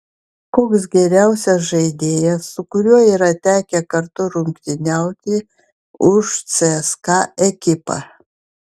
koks geriausias žaidėjas su kuriuo yra tekę kartu rungtyniauti už cska ekipą